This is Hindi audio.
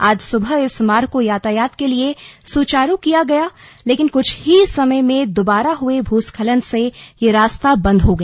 आज सुबह इस मार्ग को यातायात के लिए सुचारू किया गया लेकिन कुछ ही समय में दोबारा हुए भूस्खलन से ये रास्ता बंद हो गया